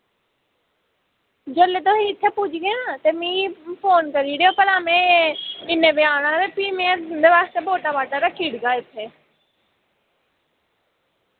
जिल्लै तुसी इत्थै पुजगे ना ते मिगी फोन करी ओड़ेओ भला मैं इन्ने बजे आना ते फ्ही मैं तुं'दे वास्तै रक्खी ओड़गा इत्थै